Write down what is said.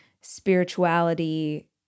spirituality